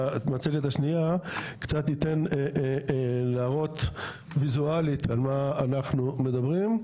במצגת השנייה ניתן להראות ויזואלית על מה אנחנו מדברים.